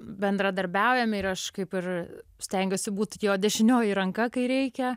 bendradarbiaujame ir aš kaip ir stengiuosi būt jo dešinioji ranka kai reikia